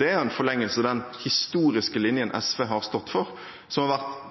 er en forlengelse av den historiske linjen SV har stått for ved å ha vært